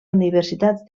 universitats